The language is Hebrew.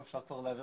בקבוקים או בדלי